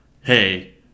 hey